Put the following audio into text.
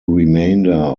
remainder